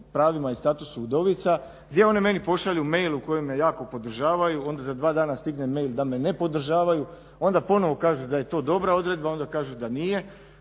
pravima i statusu udovica gdje one meni pošalju mail u kojem me jako podržavaju, onda za dva dana stigne mail da me ne podržavaju, a onda ponovno kažu da je to dobra odredba, a onda kažu da nije.